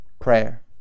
prayer